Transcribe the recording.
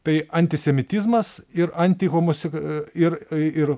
tai antisemitizmas ir antihomose ir ir